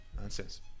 Nonsense